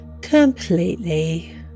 completely